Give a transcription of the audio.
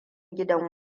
gidan